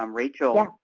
um rachel